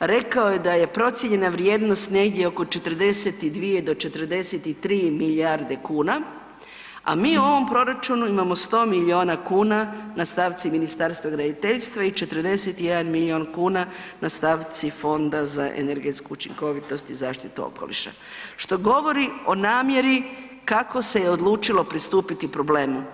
rekao je da je procijenjena vrijednost negdje oko 42 do 43 milijarde kuna, a mi u ovom proračunu imamo 100 milijuna kuna na stavci Ministarstva graditeljstva i 41 milijun kuna na stavci Fonda za energetsku učinkovitost i zaštitu okoliša, što govori o namjeri kako se je odlučilo pristupiti problemu.